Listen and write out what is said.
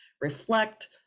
reflect